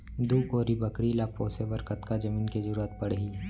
दू कोरी बकरी ला पोसे बर कतका जमीन के जरूरत पढही?